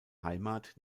heimat